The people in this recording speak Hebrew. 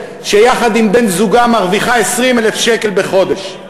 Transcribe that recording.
שיחד עם בן-זוגה מרוויחה 20,000 שקל בחודש,